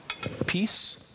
Peace